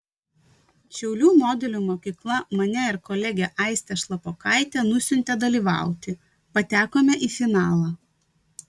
šiaulių modelių mokykla mane ir kolegę aistę šlapokaitę nusiuntė dalyvauti patekome į finalą